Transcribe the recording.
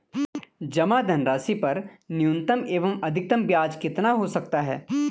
जमा धनराशि पर न्यूनतम एवं अधिकतम ब्याज कितना हो सकता है?